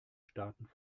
staaten